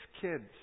kids